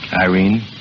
Irene